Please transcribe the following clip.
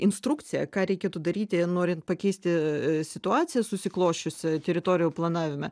instrukciją ką reikėtų daryti norint pakeisti situaciją susiklosčiusią teritorijų planavime